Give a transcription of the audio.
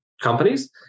companies